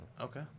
Okay